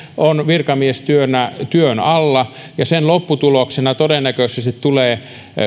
on virkamiestyönä työn alla ja sen lopputuloksena todennäköisesti tulee